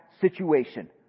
situation